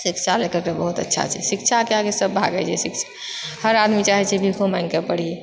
शिक्षा लेकरके बहुत अच्छाछे शिक्षाके आगे सब भागैछे हर आदमी चाहैत छै भीखो माँगिके पढ़ि